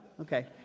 Okay